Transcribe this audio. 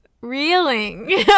reeling